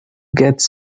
gets